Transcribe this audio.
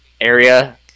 area